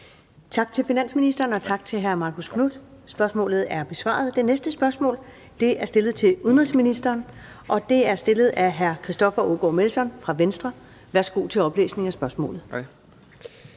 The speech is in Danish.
Tak til finansministeren, og tak til hr. Marcus Knuth. Spørgsmålet er besvaret. Det næste spørgsmål er stillet til udenrigsministeren, og det er stillet af hr. Christoffer Aagaard Melson fra Venstre. Kl. 13:07 Spm.